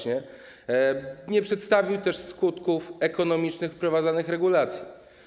Nie przedstawił on też skutków ekonomicznych wprowadzanych regulacji.